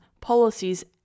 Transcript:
policies